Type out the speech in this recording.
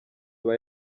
aba